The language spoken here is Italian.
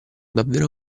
davvero